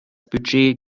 budget